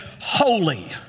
holy